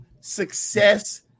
success